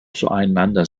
zueinander